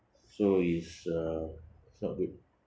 so it's uh it's not good